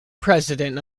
president